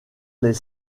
les